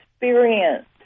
experience